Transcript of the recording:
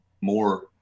more